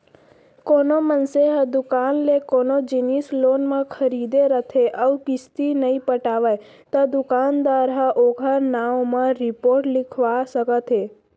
कोनो मनसे ह दुकान ले कोनो जिनिस लोन म खरीदे रथे अउ किस्ती नइ पटावय त दुकानदार ह ओखर नांव म रिपोट लिखवा सकत हे